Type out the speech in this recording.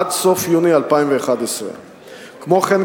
עד סוף יוני 2011. כמו כן,